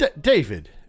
David